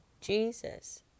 Jesus